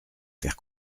faire